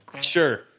sure